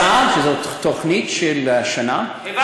תוכנית מסע, שזה תוכנית של שנה, העברנו כסף.